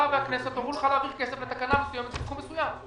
והכנסת אמרו לך להעביר כסף לתקנה מסוימת בסכום מסוים?